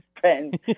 friends